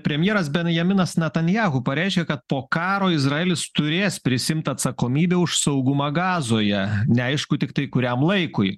premjeras benjaminas netanyahu pareiškė kad po karo izraelis turės prisiimt atsakomybę už saugumą gazoje neaišku tiktai kuriam laikui